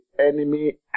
enemy